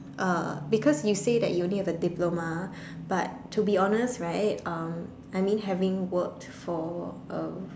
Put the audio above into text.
uh because you say that you only have a diploma but to be honest right um I mean having worked for uh